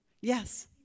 yes